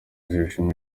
zibishinzwe